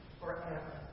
forever